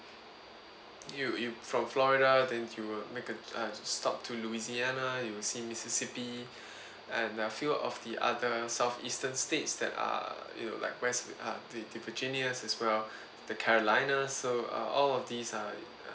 you you from florida than to make a a stop to louisiana you will see mississippi and there are few of the other southeastern states that are you like west uh the the virginia as well the carolina so all of these are